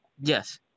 Yes